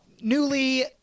newly